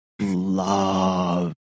love